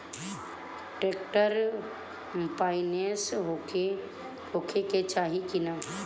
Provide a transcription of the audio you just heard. Tractor पाईनेस होखे के चाही कि ना?